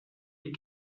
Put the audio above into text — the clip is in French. des